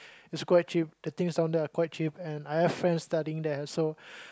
it's quite cheap the things down there are quite cheap and I have friends studying there so